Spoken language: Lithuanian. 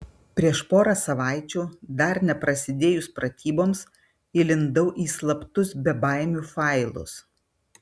prieš porą savaičių dar neprasidėjus pratyboms įlindau į slaptus bebaimių failus